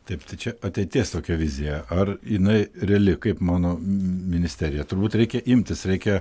taip tai čia ateities tokia vizija ar jinai reali kaip mano ministerija turbūt reikia imtis reikia